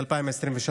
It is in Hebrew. ב-2023?